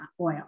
oil